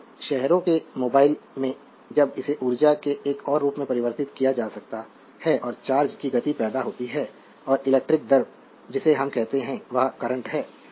तो शहरों के मोबाइल में जब इसे ऊर्जा के एक और रूप में परिवर्तित किया जा सकता है और चार्ज की गति पैदा होती है और इलेक्ट्रिक द्रव जिसे हम कहते हैं वह करंट है